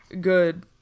good